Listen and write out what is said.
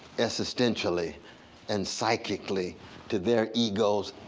existentially and psychically to their egos,